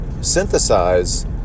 synthesize